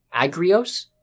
Agrios